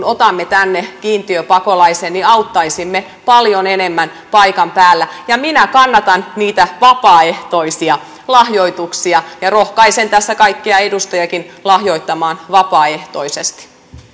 otamme tänne kiintiöpakolaisen auttaisimme paljon enemmän paikan päällä minä kannatan niitä vapaaehtoisia lahjoituksia ja rohkaisen tässä kaikkia edustajiakin lahjoittamaan vapaaehtoisesti